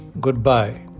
Goodbye